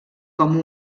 com